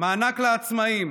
מענק לעצמאים,